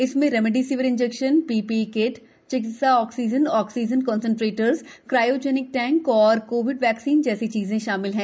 इनमें remdesivir injection API चिकितसा oxygen oxygen concentrators cryogenic tank और कोविड वैकक्सीन जैसी चीजें शामिल हैं